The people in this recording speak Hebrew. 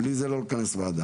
בלי זה לא לכנס ועדה.